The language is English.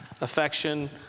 affection